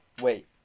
Wait